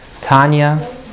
Tanya